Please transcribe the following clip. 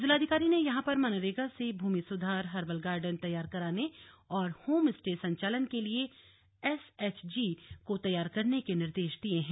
जिलाधिकारी ने यहां पर मनरेगा से भूमि सुधार हर्बल गार्डन तैयार कराने और होम स्टे संचालन के लिए एसएचजी को तैयार करने के निर्देश दिए हैं